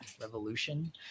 revolution